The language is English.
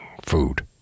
food